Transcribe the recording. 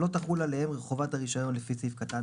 שלא תחול עליהם חובת הרישיון לפי סעיף קטן